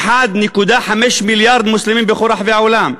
כ-1.5 מיליארד מוסלמים בכל רחבי העולם,